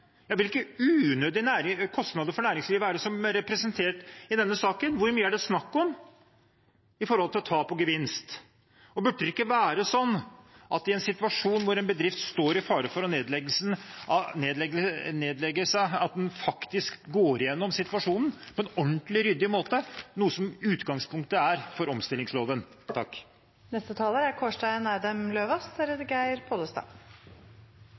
er det som er representert i denne saken – hvor mye er det snakk om med hensyn til tap og gevinst? Burde det ikke være slik at i en situasjon hvor en bedrift står i fare for å bli nedlagt, at en faktisk går igjennom situasjonen på en ordentlig ryddig måte, noe som er utgangspunktet for omstillingsloven?